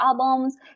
albums